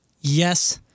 yes